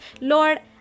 Lord